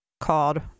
called